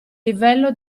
livello